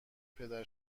پدر